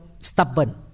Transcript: stubborn